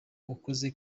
ukoze